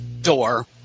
door